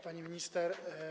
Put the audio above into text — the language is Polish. Pani Minister!